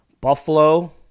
Buffalo